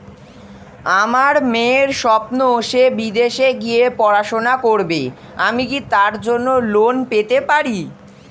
আমার মেয়ের স্বপ্ন সে বিদেশে গিয়ে পড়াশোনা করবে আমি কি তার জন্য লোন পেতে পারি?